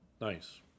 Nice